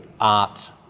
art